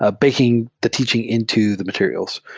ah baking the teaching into the materials.